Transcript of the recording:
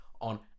on